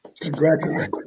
Congratulations